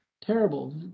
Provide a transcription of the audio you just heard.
Terrible